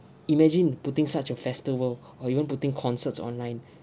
imagine putting such a festival or even putting concerts online